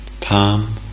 palm